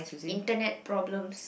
Internet problems